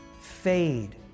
fade